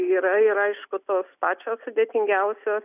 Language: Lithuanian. yra ir aišku tos pačios sudėtingiausios